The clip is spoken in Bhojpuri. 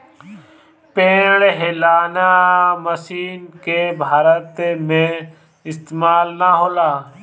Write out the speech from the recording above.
पेड़ हिलौना मशीन के भारत में इस्तेमाल ना होला